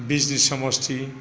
बिजनि समस्थि